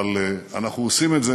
אבל אנחנו עושים את זה,